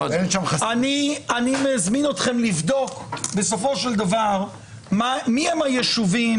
אני מזמין אתכם לבדוק בסופו של דבר מי הם היישובים